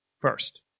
first